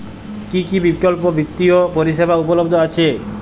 কী কী বিকল্প বিত্তীয় পরিষেবা উপলব্ধ আছে?